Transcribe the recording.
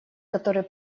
который